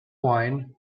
wine